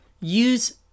use